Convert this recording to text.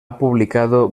publicado